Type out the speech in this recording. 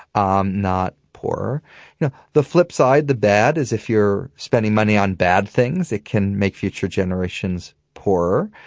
um not poorer now, you know the flip side, the bad, is if you're spending money on bad things, it can make future generations poorer.